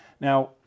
Now